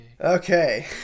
Okay